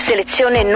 Selezione